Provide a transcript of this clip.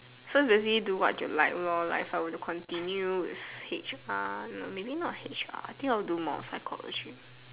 so does he do what you like lor like if I were to continue with H_R no maybe not H_R I think will do more on psychology